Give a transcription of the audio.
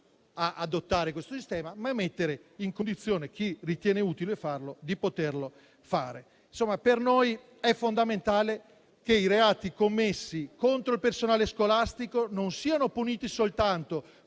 ad adottare questo sistema, ma si mette in condizione, chi ritiene utile adottarlo, di poterlo fare. Per noi è fondamentale che i reati commessi contro il personale scolastico non siano puniti soltanto